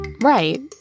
Right